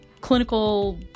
clinical